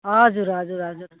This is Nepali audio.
हजुर हजुर हजुर